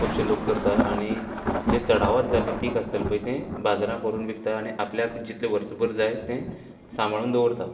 खुबशेंं लोक करता आनी जे चडावत जाल्ले पीक आसतले पळय ते बाजरांत व्हरून विकता आनी आपल्याक जितले वर्सभर जाय तें सांबांळून दवरता